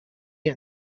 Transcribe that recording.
巡洋舰